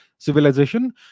civilization